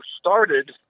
started